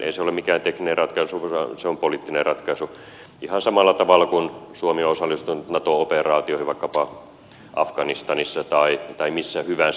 ei se ole mikään tekninen ratkaisu vaan se on poliittinen ratkaisu ihan samalla tavalla kuin suomi on osallistunut nato operaatioihin vaikkapa afganistanissa tai missä hyvänsä